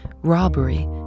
robbery